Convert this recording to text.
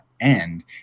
end